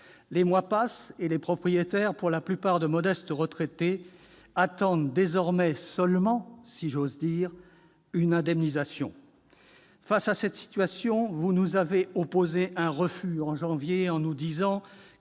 Les mois passent, et les propriétaires, pour la plupart de modestes retraités, attendent désormais seulement, si j'ose dire, une indemnisation. Face à cette situation, vous nous avez opposé un refus en janvier, en nous disant